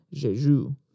Jeju